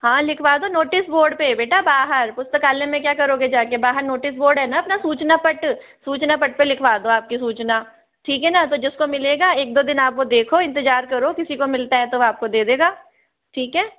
हाँ लिखवाओ दो नोटिस बोर्ड पे बेटा बाहर पुस्तकालय में क्या करोगे जा के बाहर नोटिस है ना आपन सूचना पट सूचना पट पे लिखवाओ दो आपकी सूचना ठीक है ना जिसको मिलेगा एक दो दिन आप वो देखो इंतज़ार करो किसी को मिलता है तो आपको दे देगा ठीक है